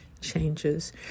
changes